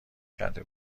کرده